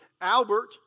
Albert